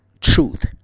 truth